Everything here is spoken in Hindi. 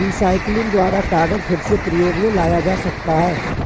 रीसाइक्लिंग द्वारा कागज फिर से प्रयोग मे लाया जा सकता है